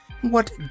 What